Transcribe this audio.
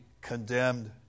condemned